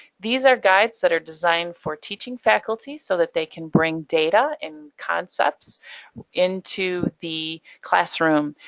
these are guides that are designed for teaching faculty so that they can bring data and concepts into the classroom.